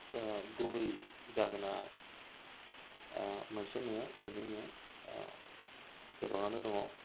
गुबै जाहोना मोनसे नङा मोन्नै नङा गोबांआनो दङ